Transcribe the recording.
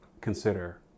consider